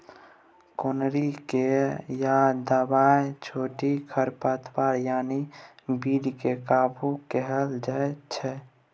कमौनी कए या दबाइ छीट खरपात यानी बीड केँ काबु कएल जाइत छै